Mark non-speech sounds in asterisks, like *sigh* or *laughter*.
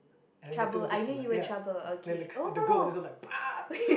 and then the two just like ya then the the goat just look like *noise*